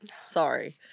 Sorry